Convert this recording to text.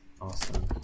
Awesome